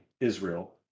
Israel